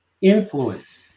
influence